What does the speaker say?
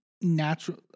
natural